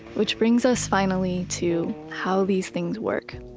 which brings us finally to how these things work